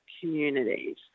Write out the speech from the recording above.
communities